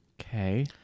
okay